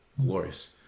glorious